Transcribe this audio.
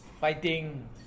fighting